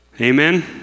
Amen